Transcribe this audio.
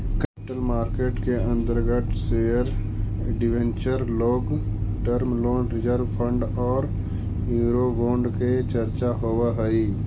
capital market के अंतर्गत share debenture long term loan reserve fund औउर यूरोबोंड के चर्चा होवऽ हई